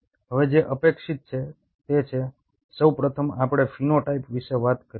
હવે જે અપેક્ષિત છે તે છે સૌ પ્રથમ આપણે ફિનોટાઇપ વિશે વાત કરી